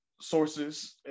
sources